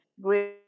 great